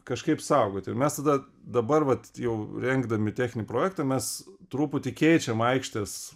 kažkaip saugot ir mes tada dabar vat jau rengdami techninį projektą mes truputį keičiam aikštės